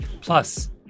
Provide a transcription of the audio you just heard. Plus